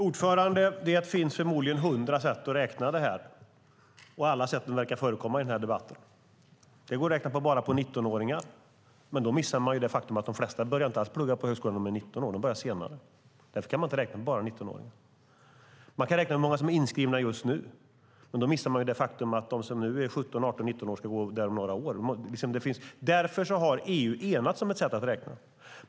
Herr talman! Det finns förmodligen hundra sätt att räkna detta, och alla sätten verkar förekomma i den här debatten. Det går att räkna bara på 19-åringar. Men då missar man det faktum att de flesta inte börjar plugga på högskolan är de är 19 år, utan de börjar senare. Därför kan man inte räkna bara på 19-åringar. Man kan räkna på hur många som är inskrivna just nu. Men då missar man det faktum att de som nu är 17, 18 eller 19 år ska gå där om några år. Därför har EU enats om ett sätt att räkna.